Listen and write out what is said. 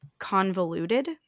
convoluted